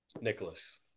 nicholas